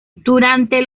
durante